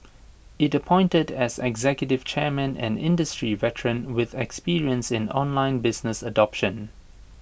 IT appointed as executive chairman an industry veteran with experience in online business adoption